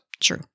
True